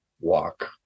walk